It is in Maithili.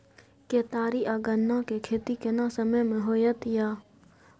केतारी आ गन्ना के खेती केना समय में होयत या?